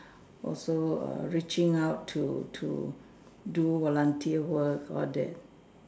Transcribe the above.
also err reaching out to to do volunteer work all that